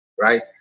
right